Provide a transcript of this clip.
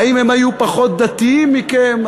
האם הם היו פחות דתיים מכם?